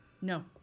No